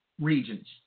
regions